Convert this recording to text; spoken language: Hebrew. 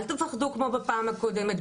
אל תעשו כמו בפעם הקודמת,